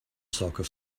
soccer